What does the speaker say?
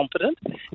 competent